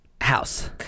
House